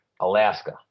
Alaska